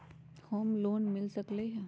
Home loan मिल सकलइ ह?